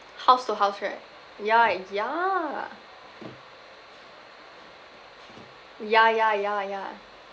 house to house right ya yeah ya ya ya ya